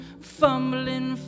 fumbling